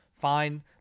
fine